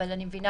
אבל אני מבינה